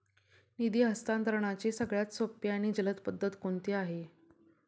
निधी हस्तांतरणाची सगळ्यात सोपी आणि जलद पद्धत कोणती आहे?